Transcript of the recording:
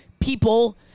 people